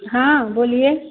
हाँ बोलिए